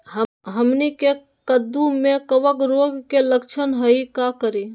हमनी के कददु में कवक रोग के लक्षण हई का करी?